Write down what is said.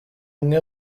umwe